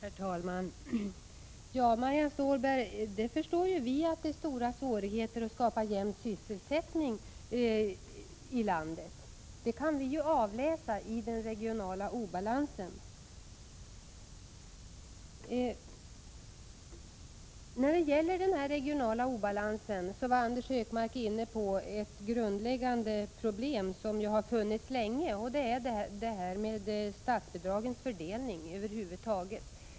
Herr talman! Ja, Marianne Stålberg, vi förstår att det är stora svårigheter att skapa jämn sysselsättning i landet. Det kan vi ju avläsa i den regionala obalansen. När det gäller den regionala obalansen var Anders G Högmark inne på ett grundläggande problem som har funnits länge, nämligen statsbidragens fördelning över huvud taget.